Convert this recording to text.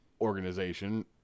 organization